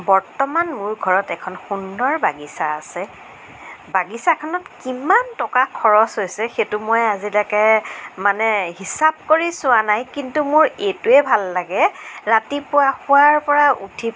বৰ্তমান মোৰ ঘৰত এখন সুন্দৰ বাগিচা আছে বাগিচাখনত কিমান টকা খৰচ হৈছে সেইটো মই আজিলৈকে মানে হিচাপ কৰি চোৱা নাই কিন্তু এইটো মোৰ এইটোৱে ভাল লাগে ৰাতিপুৱা শুৱাৰ পৰা উঠি